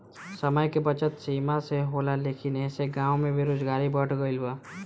समय के बचत मसीन से होला लेकिन ऐसे गाँव में बेरोजगारी बढ़ गइल बा